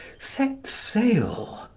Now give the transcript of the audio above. sets sail.